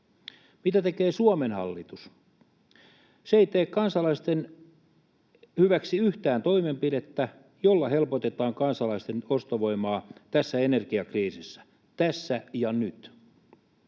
Mitä tekee Suomen hallitus? Se ei tee kansalaisten hyväksi yhtään toimenpidettä, joilla helpotetaan kansalaisten ostovoimaa tässä energiakriisissä — tässä ja nyt.